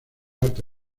arte